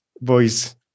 boys